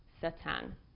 Satan